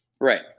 Right